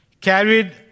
carried